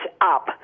up